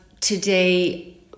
today